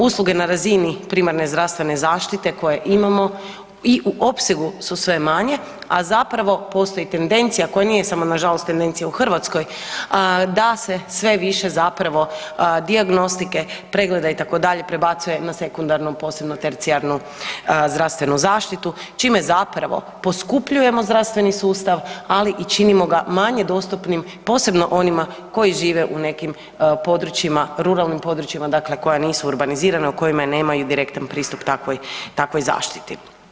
Usluge na razini primarne zdravstvene zaštite koje imamo i u opsegu su sve manje a zapravo postoji tendencija koja nije samo nažalost tendencija u Hrvatskoj, da se sve više zapravo dijagnostike, pregleda itd., prebacuje na sekundarnu, posebno tercijarnu zdravstvenu zaštitu čime zapravo poskupljujemo zdravstveni sustav ali i činimo ga manje dostupnim, posebno onima koji žive u nekim područjima, ruralnim područjima, dakle koja nisu urbanizirana, u kojima nema direktan pristup takvoj zaštiti.